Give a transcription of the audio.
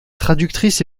traductrice